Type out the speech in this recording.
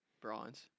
bronze